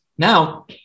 Now